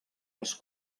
els